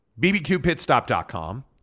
bbqpitstop.com